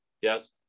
Yes